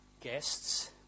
guests